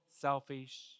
selfish